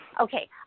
okay